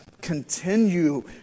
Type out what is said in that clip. Continue